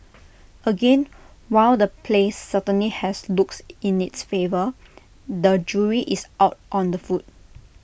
again while the place certainly has looks in its favour the jury is out on the food